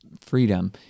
freedom